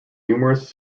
numerous